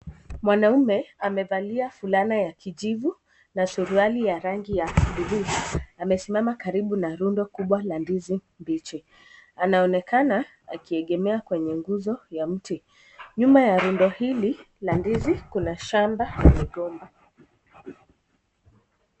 Mwanaume amevalia fulana ya kijivu na suruali ya rangi ya bluu, amesimama Karibu na rundo kubwa la ndizi mbichi . Anaonekana akiegemea kwenye nguzo ya mti. Nyuma ya rundo hili la ndizi kuna shanda.